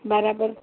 બરાબર